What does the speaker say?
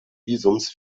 visums